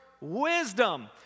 wisdom